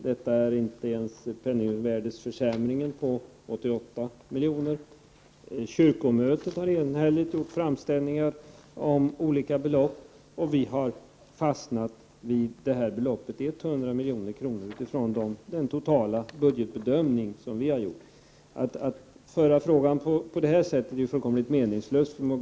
Detta motsvarar inte ens penningvärdesförsämringen på 88 milj.kr. Kyrkomötet har enhälligt gjort framställningar om olika belopp, och vi har fastnat för beloppet 100 milj.kr. utifrån den totala budgetbedömning som vi har gjort. Att föra debatten på det här sättet är fullkomligt meningslöst.